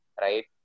right